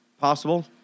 possible